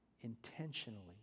intentionally